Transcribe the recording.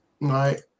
Right